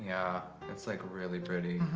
it's like really pretty